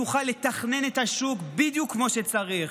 תוכל לתכנן את השוק בדיוק כמו שצריך,